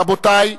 רבותי,